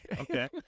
Okay